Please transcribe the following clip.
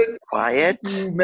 quiet